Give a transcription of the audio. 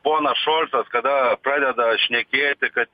ponas šolcas kada pradeda šnekėti kad